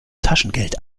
taschengeld